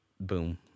boom